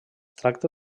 tracta